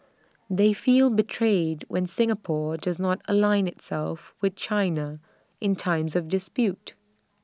they feel betrayed when Singapore does not align itself with China in times of dispute